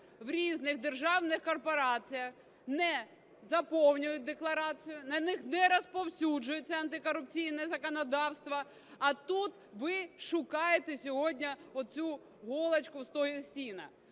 в різних державних корпораціях, не заповнюють декларацію, на них не розповсюджується антикорупційне законодавство? А тут ви шукаєте сьогодні оцю голочку в стоге сіна.